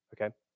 okay